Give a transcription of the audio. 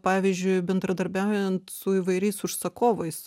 pavyzdžiui bendradarbiaujant su įvairiais užsakovais